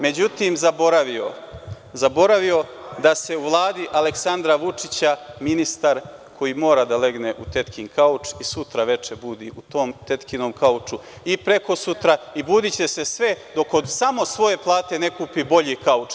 Međutim, zaboravio, zaboravio da se u Vladi Aleksandra Vučića ministar koji mora da legne u tetkin kauč i sutra veče budi u tom tetkinom kauču i prekosutra i budiće se sve dok od samo svoje plate ne kupi bolji kauč.